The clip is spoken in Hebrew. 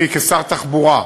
אני כשר תחבורה,